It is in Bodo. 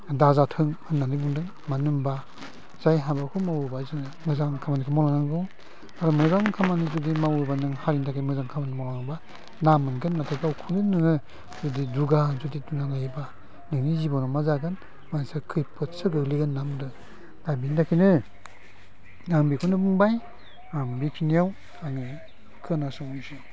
दाजाथों होननानै बुंदों मानो होनबा जाय हाबाखौ मावोबा जोङो मोजां खामानि मावनांगौ आरो मोजां खामानि जुदि मावोबा नों हारिनि थाखाय मोजां खामानि मावोबा नाम मोनगोन नाथाय गावखौनो नोङो जुदि दुगा बुंना लायोबा नोंनि जिबना मा जागोन मानसिफोरा खैफोदसो गोग्लैगोन होनना बुंदों दा बेनि थाखायनो आं बेखौनो बुंबाय आं बेखिनियाव आं खोनासंनोसै